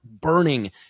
burning